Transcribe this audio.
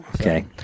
okay